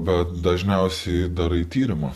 bet dažniausiai darai tyrimą